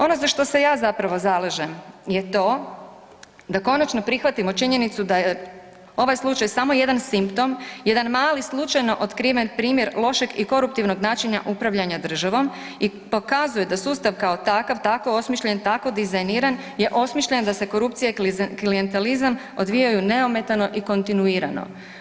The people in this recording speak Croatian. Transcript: Ono za što se ja zapravo zalažem je to da konačno prihvatimo činjenicu da je ovaj slučaj samo jedan simptom, jedan mali slučajno otkriven primjer lošeg i koruptivnog načina upravljanja državom i pokazuje da sustav kao takav tako osmišljen, tako dizajniran je osmišljen da se korupcija i klijentelizam odvijaju neometano i kontinuirano.